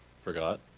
Forgot